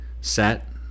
set